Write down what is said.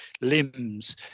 limbs